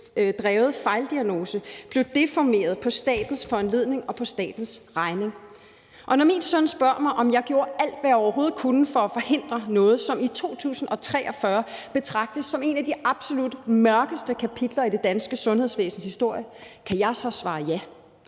drevet fejldiagnose blev deformeret på statens foranledning og på statens regning. Når min søn spørger mig, om jeg gjorde alt, hvad jeg overhovedet kunne for at forhindre noget, som i 2043 betragtes som et af de absolut mørkeste kapitler i det danske sundhedsvæsens historie, kan jeg så svare ja?